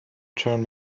turn